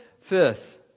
Fifth